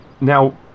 Now